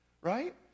Right